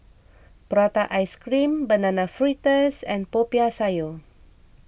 Prata Ice Cream Banana Fritters and Popiah Sayur